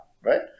right